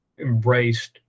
embraced